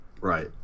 Right